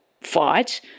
fight